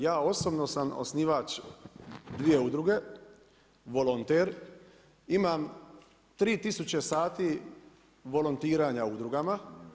Ja osobno sam osnivač dio udruge, volonter, imam 3000 sati volontiranja u udrugama.